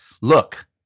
look